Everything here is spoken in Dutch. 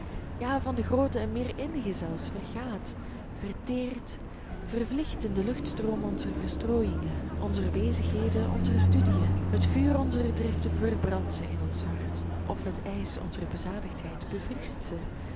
ja van de groote en meer innige zelfs vergaat verteert vervliegt in den luchtstroom onzer verstrooiingen onzer bezigheden onzer studiën het vuur onzer driften verbrandt ze in ons hart of het ijs onzer bezadigdheid bevriest